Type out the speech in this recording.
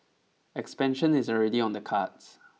expansion is already on the cards